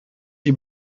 die